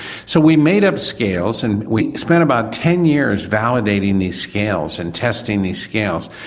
so we made up scales and we spent about ten years validating these scales and testing these scales.